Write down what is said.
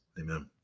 Amen